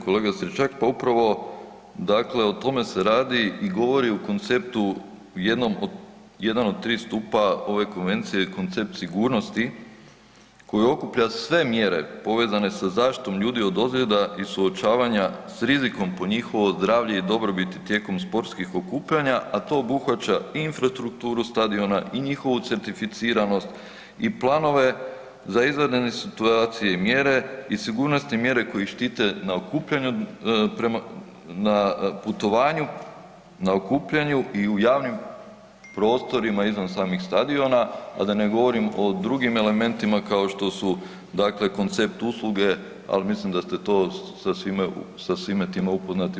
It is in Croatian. Kolega Stričak, pa upravo dakle o tome se radi i govori u konceptu jedan od tri stupa ove konvencije je koncept sigurnosti koji okuplja sve mjere povezane sa zaštitom ljudi od ozljeda i suočavanja sa rizikom po njihovo zdravlje i dobrobiti tijekom sportskih okupljanja a to obuhvaća i infrastrukturu stadiona i njihovu certificiranost i planove za izvanredne situacije i mjere i sigurnosti mjera koje ih štite na okupljanje na putovanju, na okupljanju i u javnim prostorima izvan samih stadiona a da ne govorim o drugim elementima kao što su dakle koncept usluge ali mislim da ste to sa svime time upoznati pa ne želim to ponavljati.